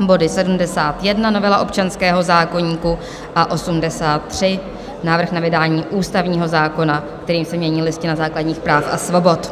body 71, novela občanského zákoníku, a 83, návrh na vydání ústavního zákona, kterým se mění Listina základních práv a svobod.